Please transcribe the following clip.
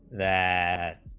that,